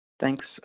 Thanks